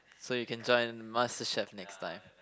so can join Master Chef next time